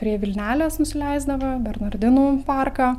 prie vilnelės nusileisdavo bernardinų parką